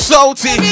Salty